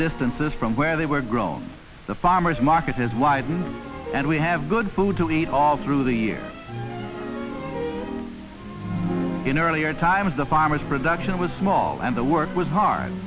distances from where they were grown the farmer's market has widened and we have good food to eat all through the year in earlier times the farmer's production was small and the work was hard